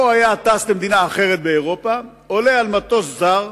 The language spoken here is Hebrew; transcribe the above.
או היה טס למדינה אחרת באירופה, עולה למטוס זר,